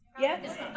Yes